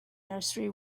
nursery